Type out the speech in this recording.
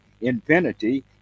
infinity